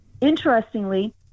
Interestingly